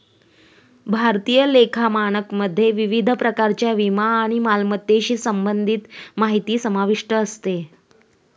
भारतीय लेखा मानकमध्ये विविध प्रकारच्या विमा आणि मालमत्तेशी संबंधित माहिती समाविष्ट असते